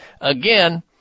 again